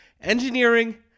engineering